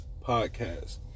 Podcast